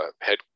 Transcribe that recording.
head